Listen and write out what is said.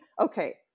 Okay